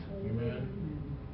Amen